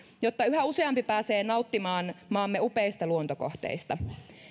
jotta yhä useampi pääsee nauttimaan maamme upeista luontokohteista